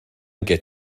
get